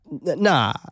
Nah